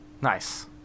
Nice